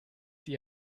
die